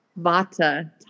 vata